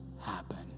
happen